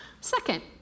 Second